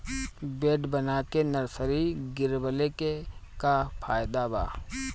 Bed बना के nursery गिरवले के का फायदा बा?